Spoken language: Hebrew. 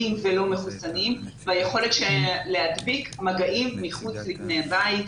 ולא מחוסנים והיכולת להדביק במגעים מחוץ לבני הבית.